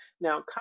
Now